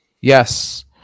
Yes